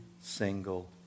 single